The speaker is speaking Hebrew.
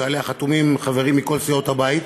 שעליה חתומים חברים מכל סיעות הבית,